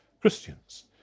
Christians